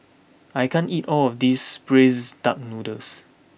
I can't eat all of this Braised Duck Noodles